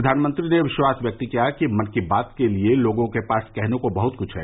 प्रधानमंत्री ने विश्वास व्यक्त किया कि मन की बात के लिए लोगों के पास कहने को बहुत कुछ है